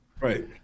Right